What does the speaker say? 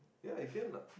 ya you can lah